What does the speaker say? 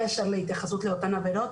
בלי קשר להתייחסות לאותן עבירות.